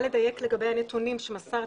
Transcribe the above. לדייק לגבי הנתונים שמסרתם.